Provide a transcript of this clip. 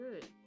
good